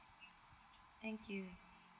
thank you